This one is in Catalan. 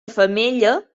femella